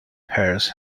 pairs